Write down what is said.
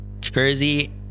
Jersey